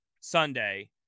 Sunday